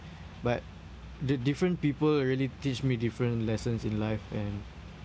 but the different people really teach me different lessons in life and